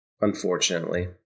unfortunately